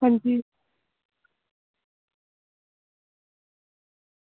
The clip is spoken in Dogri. अंजी